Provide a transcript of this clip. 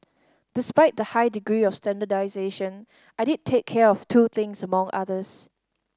despite the high degree of standardisation I did take care of two things among others